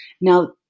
now